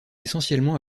essentiellement